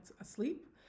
asleep